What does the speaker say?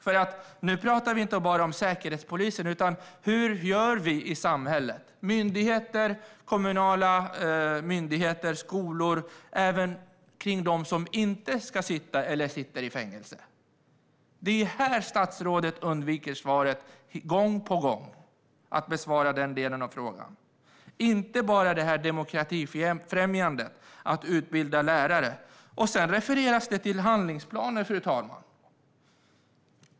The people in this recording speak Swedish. Vi talar inte bara om Säkerhetspolisen, utan det handlar om vad myndigheter, kommuner och skolor ska göra med dem som inte ska sitta i fängelse. Statsrådet undviker gång på gång att svara på det. Det handlar inte bara om demokratifrämjande och att utbilda lärare. Fru talman! Det refereras till handlingsplaner.